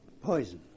Poison